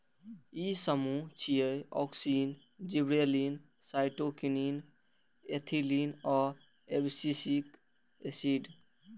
ई समूह छियै, auxin, gibberellin, cytokinin, ethylene आ एब्सिसिक एसिड